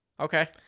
Okay